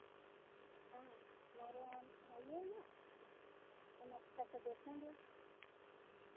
हाँ हमारे यहाँ आइएगा हम अच्छा से देखेंगे